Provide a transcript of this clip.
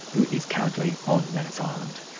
who is currently on manus ah island.